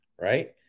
Right